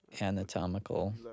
Anatomical